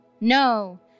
No